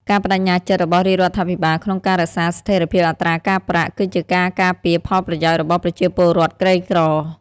ការប្តេជ្ញាចិត្តរបស់រាជរដ្ឋាភិបាលក្នុងការរក្សាស្ថិរភាពអត្រាការប្រាក់ គឺជាការការពារផលប្រយោជន៍របស់ប្រជាពលរដ្ឋក្រីក្រ។